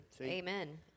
Amen